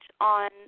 on